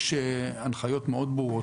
יש הנחיות מאוד ברורות,